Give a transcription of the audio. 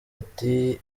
ati